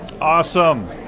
awesome